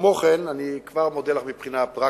כמו כן, אני כבר מודה לך מבחינת פרקטית,